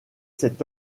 cet